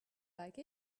like